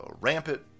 rampant